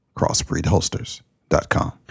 CrossbreedHolsters.com